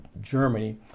Germany